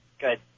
Good